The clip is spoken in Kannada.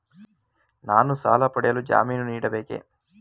ನಾನು ಸಾಲ ಪಡೆಯಲು ಜಾಮೀನು ನೀಡಬೇಕೇ?